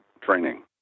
training